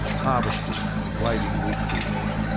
harvesters in waving wheat fields,